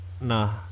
Nah